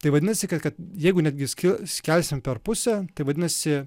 tai vadinasi ka kad jeigu netgi ski skelsim per pusę tai vadinasi